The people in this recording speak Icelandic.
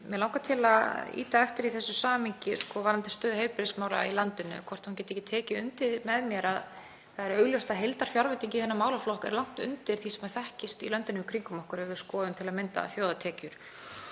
Mig langar til að ýta á eftir í þessu samhengi varðandi stöðu heilbrigðismála í landinu, hvort hún geti ekki tekið undir með mér að það er augljóst að heildarfjárveiting í þennan málaflokk er langt undir því sem þekkist í löndunum í kringum okkur ef við skoðum til að mynda þjóðartekjur